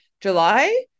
July